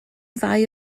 ddau